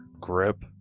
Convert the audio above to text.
grip